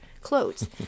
clothes